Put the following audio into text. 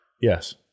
Yes